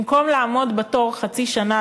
במקום לעמוד בתור חצי שנה,